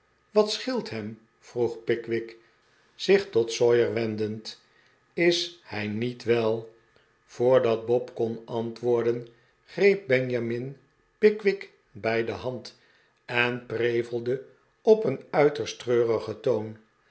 wat scheelt hem vroeg pickwick zich tot sawyer wendend is hij niet wel voordat bob kon antwoorden greep benjamin pickwick bij de hand en prevelde op een uiterst treurigen toon